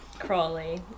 Crawley